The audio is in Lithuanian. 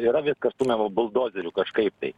yra viskas stumiama buldozeriu kažkaip